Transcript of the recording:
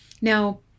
Now